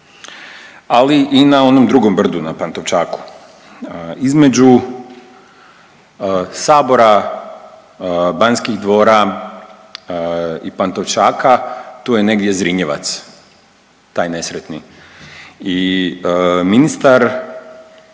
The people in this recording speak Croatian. ali i na onom drugom brdu na Pantovčaku. Između sabora, Banskih dvora i Pantovčaka tu je negdje Zrinjevac taj nesretni i ministar